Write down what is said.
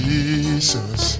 Jesus